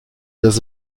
dass